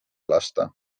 lasta